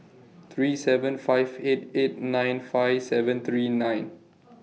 three seven five eight eight nine five seven three nine